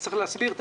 צריך להסביר: